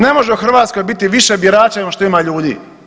Ne može u Hrvatskoj biti više birača nego što ima ljudi.